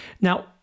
Now